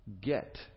get